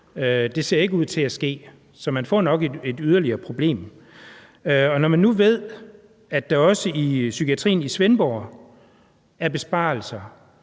Det ser ikke ud til at ske, så man får nok et yderligere problem. Og man ved, at der også i psykiatrien i Svendborg er besparelser.